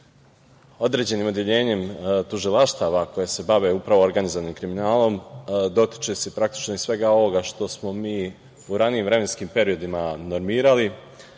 određenim odeljenjem tužilaštava koji se bave upravo organizovanim kriminalom, dotiče se praktično i svega ovog što smo mi u ranijim vremenskim periodima normirali,